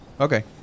Okay